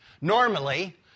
Normally